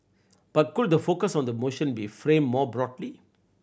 but could the focus on the motion be framed more broadly